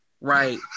right